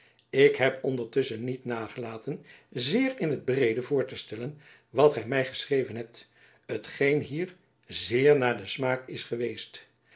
ik heb ondertusschen niet nagelaten zeer in t breede voor te stellen wat gy my geschreven hebt t geen hier zeer naar den jacob van lennep elizabeth musch smaak is geweest